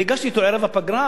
אני הגשתי אותו ערב הפגרה,